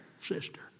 sister